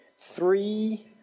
three